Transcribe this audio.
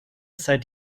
seit